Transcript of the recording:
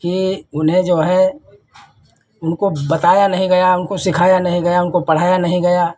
कि उन्हें जो है उनको बताया नहीं गया उनको सिखाया नहीं गया उनको पढ़ाया नहीं गया